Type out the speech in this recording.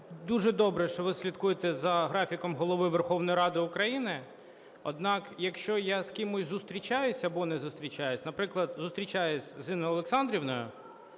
дуже добре, що ви слідкуєте за графіком Голови Верховної Ради України, однак якщо я з кимось зустрічаюсь або не зустрічаюсь, наприклад, зустрічаюсь з Інною Олександрівною…